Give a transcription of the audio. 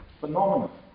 phenomenon